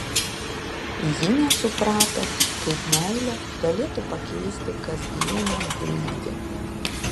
ji nesuprato kaip meilė galėtų pakeisti kasdienę buitį